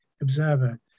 Observer